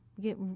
get